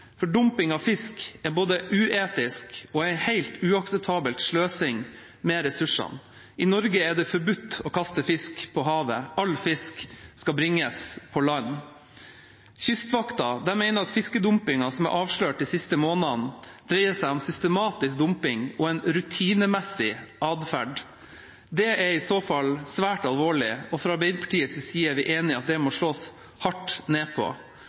mot dumping. Dumping av fisk er både uetisk og en helt uakseptabel sløsing med ressursene. I Norge er det forbudt å kaste fisk på havet. All fisk skal bringes på land. Kystvakta mener at fiskedumpingen som er avslørt de siste månedene, dreier seg om systematisk dumping og en rutinemessig atferd. Det er i så fall svært alvorlig. Fra Arbeiderpartiets side er vi enig i at det må slås hardt ned på.